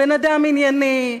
בן-אדם ענייני,